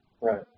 Right